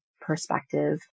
perspective